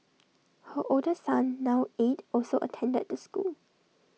her older son now eight also attended the school